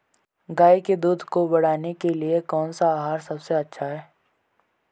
गाय के दूध को बढ़ाने के लिए कौनसा आहार सबसे अच्छा है?